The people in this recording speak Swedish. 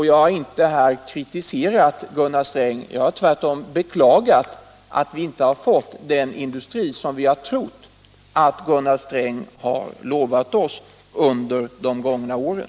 Jag har inte kritiserat Gunnar Sträng, jag har tvärtom beklagat att vi inte har fått den industri som vi trodde att Gunnar Sträng lovade oss under de gångna åren.